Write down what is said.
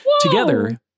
Together